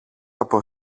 από